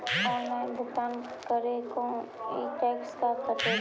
Online भुगतान करे को कोई टैक्स का कटेगा?